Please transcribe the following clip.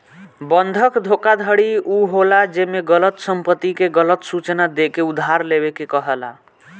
बंधक धोखाधड़ी उ होला जेमे गलत संपत्ति के गलत सूचना देके उधार लेवे के कहाला